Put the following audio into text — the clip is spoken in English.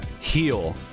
heal